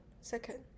Second